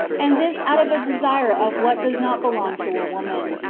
and this out of a desire of what does not belong to a woman,